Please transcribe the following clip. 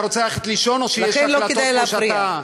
אתה רוצה ללכת לישון או שיש החלטות פה שאתה,